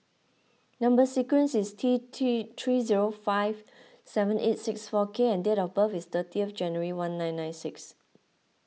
Number Sequence is T three zero five seven eight six four K and date of birth is thirty January nineteen ninety six